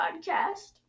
podcast